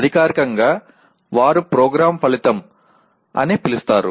అధికారికంగా వారు ప్రోగ్రామ్ ఫలితం అని పిలుస్తారు